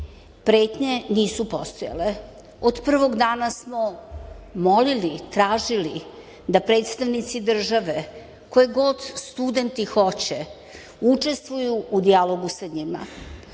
Pretnje nisu postojale. Od prvog dana smo molili, tražili da predstavnici države, koje god studenti hoće, učestvuju u dijalogu sa njima.